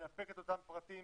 לנפק את אותם פרטים